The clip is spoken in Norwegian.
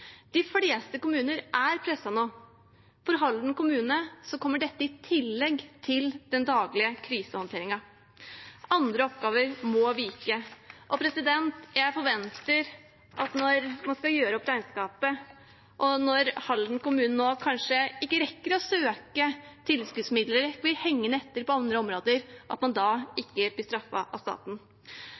De fleste kommuner er presset nå. For Halden kommune kommer dette i tillegg til den daglige krisehåndteringen. Andre oppgaver må vike. Jeg forventer at når man skal gjøre opp regnskapet og Halden kommune kanskje ikke rakk å søke om tilskuddsmidler og blir hengende etter på andre områder, blir de ikke straffet av staten.